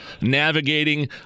navigating